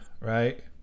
right